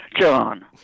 John